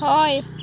हय